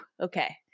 okay